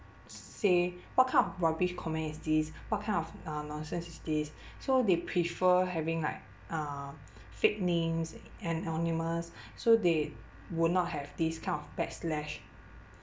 say what kind of rubbish comment is this what kind of uh nonsense is this so they prefer having like uh fake names anonymous so they would not have this kind of back slash